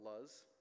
Luz